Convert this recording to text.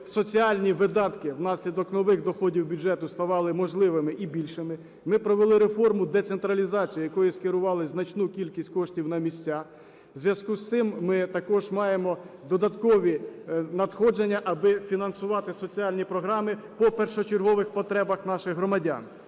соціальні видатки, внаслідок нових доходів бюджету, ставали можливими і більшими. Ми провели реформу децентралізації, якою скерували значну кількість коштів на місцях, у зв'язку з цим ми також маємо додаткові надходження аби фінансувати соціальні програми по першочергових потребах наших громадян,